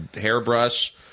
hairbrush